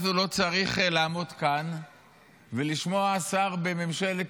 אז הוא לא צריך לעמוד כאן ולשמוע שר בממשלת